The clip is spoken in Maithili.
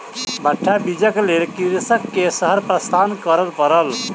भट्टा बीजक लेल कृषक के शहर प्रस्थान करअ पड़ल